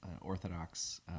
Orthodox